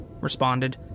responded